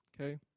okay